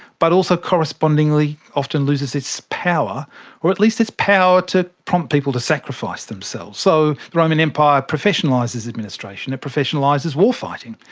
but also correspondingly often loses its power or at least its power to prompt people to sacrifice themselves. so the roman empire professionalises administration, it professionalises war fighting,